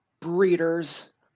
breeders